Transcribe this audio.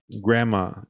grandma